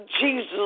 Jesus